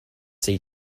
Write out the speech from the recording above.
see